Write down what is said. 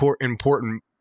important